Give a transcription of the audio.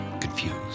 confused